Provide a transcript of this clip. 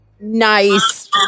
nice